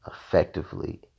effectively